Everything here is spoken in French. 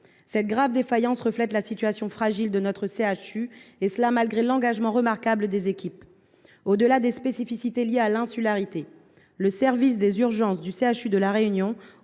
Cette grave défaillance reflète la situation fragile de notre CHU, et ce malgré l’engagement remarquable des équipes. Au delà des spécificités liées à l’insularité, le service des urgences du CHU de La Réunion,